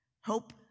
Hope